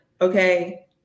Okay